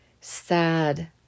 sad